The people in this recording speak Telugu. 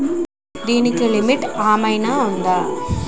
దీనికి లిమిట్ ఆమైనా ఉందా?